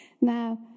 Now